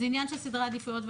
זה עניין של סדרי עדיפויות.